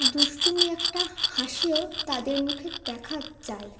দুষ্টুমি একটা হাসিও তাদের মুখে দেখা যায়